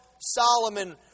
Solomon